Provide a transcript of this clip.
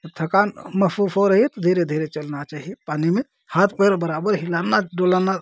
जब थकान महसूस हो रही है तो धीरे धीरे चलना चाहिए पानी में हाथ पैर बराबर हिलाना डुलाना